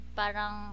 parang